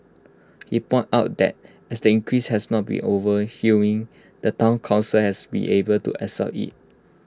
he pointed out that as the increase has not been overwhelming the Town Council has been able to absorb IT